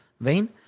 vein